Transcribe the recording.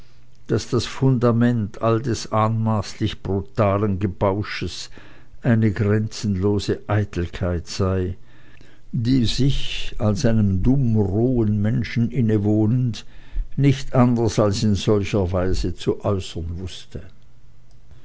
daß das fundament all des anmaßlich brutalen gebausches eine grenzenlose eitelkeit sei die sich als einem dumm rohen menschen innewohnend nicht anders als in solcher weise zu äußern wußte